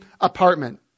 apartment